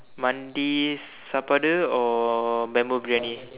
Mandi சாப்பாடு:saappaadu or Bamboo Briyani